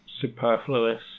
superfluous